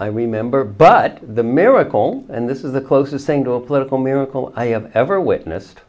i remember but the miracle and this is the closest single political miracle i have ever witnessed